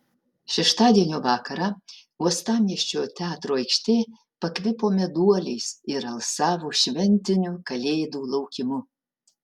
šeštadienio vakarą uostamiesčio teatro aikštė pakvipo meduoliais ir alsavo šventiniu kalėdų laukimu